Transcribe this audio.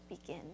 begin